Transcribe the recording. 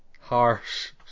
harsh